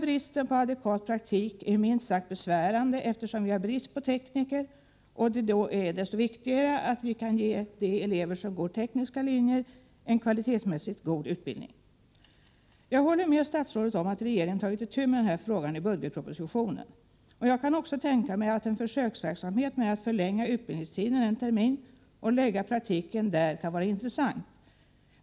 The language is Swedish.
Bristen på adekvat praktik är minst sagt besvärande, eftersom vi har brist på tekniker; det är då desto viktigare att vi kan ge de elever som går tekniska linjer en kvalitetsmässigt god utbildning. Jag håller med statsrådet om att regeringen i budgetpropositionen tagit itu med den här frågan. En försöksverksamhet med att förlänga utbildningstiden med en termin och lägga praktiken där kan också vara intressant.